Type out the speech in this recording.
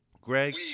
Greg